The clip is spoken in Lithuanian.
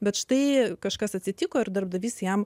bet štai kažkas atsitiko ir darbdavys jam